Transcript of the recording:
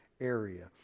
area